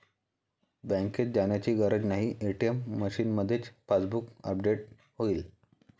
बँकेत जाण्याची गरज नाही, ए.टी.एम मशीनमध्येच पासबुक अपडेट होईल